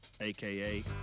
aka